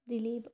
Dileep